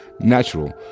natural